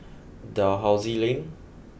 Dalhousie Lane